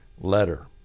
letter